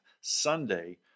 Sunday